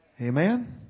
Amen